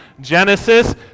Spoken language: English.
Genesis